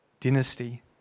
dynasty